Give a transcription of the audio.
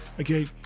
okay